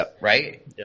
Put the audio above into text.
right